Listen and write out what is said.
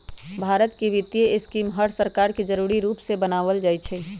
भारत के वित्तीय स्कीम हर सरकार में जरूरी रूप से बनाएल जाई छई